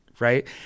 Right